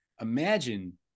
imagine